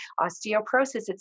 osteoporosis